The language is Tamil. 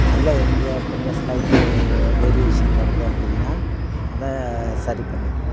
அதில் எங்கேயாது கொஞ்சம் ஸ்லைட்டு வேரியேஷன் வருது அப்படின்னா அதை சரி பண்ணிக்கணும்